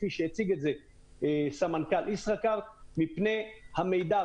כפי שהציג את זה סמנכ"ל ישראכרט מפני המידע.